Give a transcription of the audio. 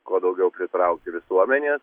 kuo daugiau pritraukti visuomenės